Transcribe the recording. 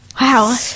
Wow